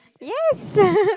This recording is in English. yes